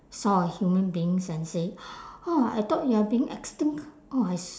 saw a human beings and say !wah! I thought you are being extinct oh I s~